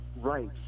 right